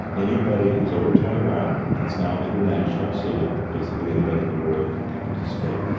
anybody who's over twenty one. it's now international, so that basically anybody in the world can participate.